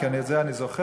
כי את זה אני זוכר,